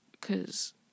cause